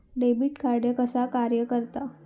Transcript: Debit card कसा कार्य करता?